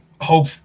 hope